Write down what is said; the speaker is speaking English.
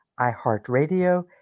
iHeartRadio